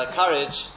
courage